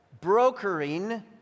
brokering